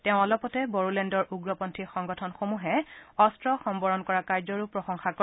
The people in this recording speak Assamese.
তেওঁ অলপতে বড়োলেণ্ডৰ উগ্ৰপন্থী সংগঠনসমূহে অস্ত্ৰ সমৰ্পন কৰা কাৰ্যৰো প্ৰশংসা কৰে